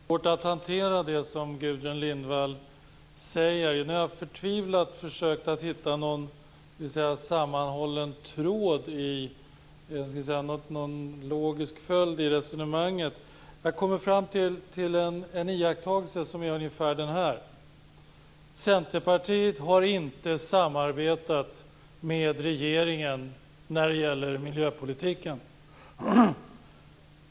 Fru talman! Jag har som vanligt litet svårt att hantera det som Gudrun Lindvall säger. Jag har förtvivlat försökt att hitta en logisk följd i resonemanget. Men jag har kommit fram till en iakttagelse: Centerpartiet har inte samarbetat med regeringen när det gäller miljöpolitiken.